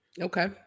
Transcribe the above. Okay